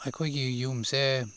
ꯑꯩꯈꯣꯏꯒꯤ ꯌꯨꯝꯁꯦ